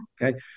Okay